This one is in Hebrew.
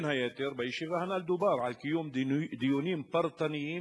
בין היתר בישיבה הנ"ל דובר על קיום דיונים פרטניים